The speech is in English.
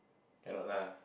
cannot lah